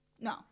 No